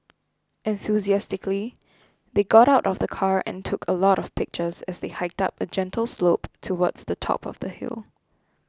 enthusiastically they got out of the car and took a lot of pictures as they hiked up a gentle slope towards the top of the hill